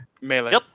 Melee